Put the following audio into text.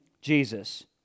Jesus